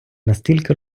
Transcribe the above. настільки